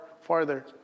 farther